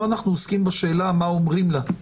פה אנחנו עוסקים בשאלה מה אומרים לה.